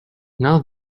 now